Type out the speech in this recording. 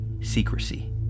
secrecy